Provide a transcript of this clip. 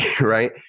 right